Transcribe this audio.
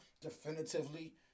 definitively